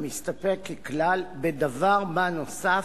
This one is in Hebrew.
המסתפק ככלל ב"דבר מה נוסף"